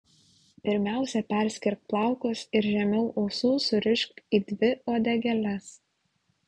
pirmiausia perskirk plaukus ir žemiau ausų surišk į dvi uodegėles